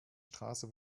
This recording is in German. straße